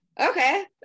Okay